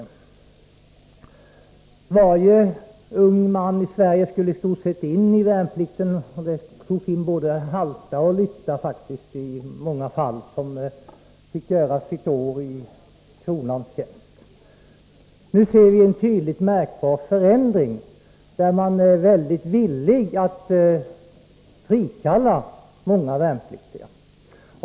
I stort sett varje ung man i Sverige skulle in i värnplikten, och i många fall togs det in både halta och lytta, som fick göra sitt år i kronans tjänst. Nu ser vi en tydligt märkbar förändring. Man är väldigt villig att frikalla många värnpliktiga.